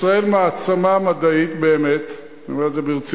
ישראל מעצמה מדעית באמת,